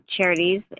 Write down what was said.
charities